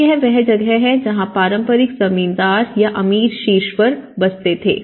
तो यह वह जगह है जहां पारंपरिक जमींदार या अमीर शीर्ष पर बसते थे